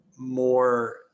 more